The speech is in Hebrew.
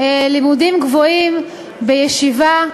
לימודים גבוהים בישיבה,